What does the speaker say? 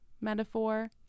metaphor